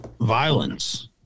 violence